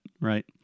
Right